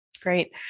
Great